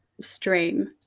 stream